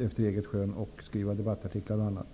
efter eget skön skriva debattartiklar och annat.